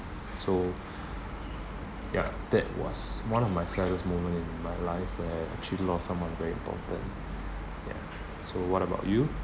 so ya that was one of my saddest moment in my life where I actually lost someone very important ya so what about you